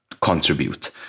Contribute